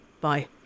bye